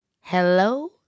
Hello